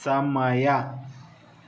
ಸಮಯ